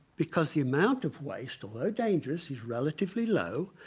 because the amount of waste although dangerous is relatively low,